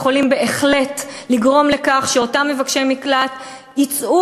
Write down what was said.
יכולים בהחלט לגרום לכך שאותם מבקשי מקלט יצאו